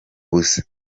busa